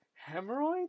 Hemorrhoids